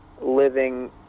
living